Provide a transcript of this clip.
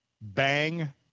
bang